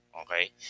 Okay